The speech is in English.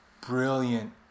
brilliant